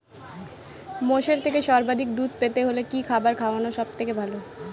মোষের থেকে সর্বাধিক দুধ পেতে হলে কি খাবার খাওয়ানো সবথেকে ভালো?